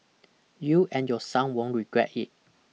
you and your son won't regret it